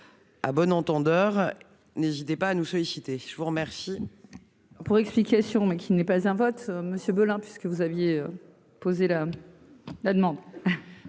à bon entendeur, n'hésitez pas à nous solliciter, je vous remercie.